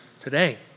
today